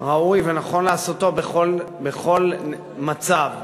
ראוי ונכון לעשותו בכל מצב,